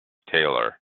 taylor